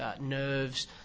nerves